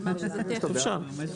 אפשר, כן.